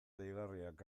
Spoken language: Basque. deigarriak